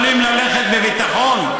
לא יכולים ללכת בביטחון.